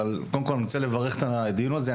אבל קודם כל אני רוצה לברך את הדיון הזה.